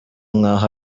nk’aho